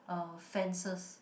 uh fences